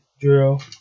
drill